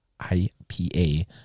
IPA